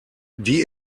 die